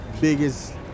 biggest